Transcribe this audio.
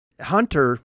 Hunter